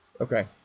Okay